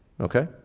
okay